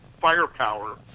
firepower